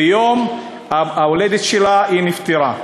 ביום-ההולדת שלה היא נפטרה.